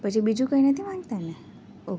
પછી બીજું કઈ નથી માંગતાને ઓકે